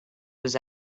was